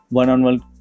one-on-one